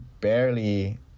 barely